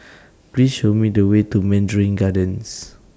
Please Show Me The Way to Mandarin Gardens